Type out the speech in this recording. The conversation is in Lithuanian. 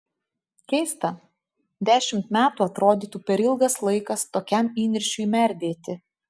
keista dešimt metų atrodytų per ilgas laikas tokiam įniršiui merdėti